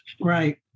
Right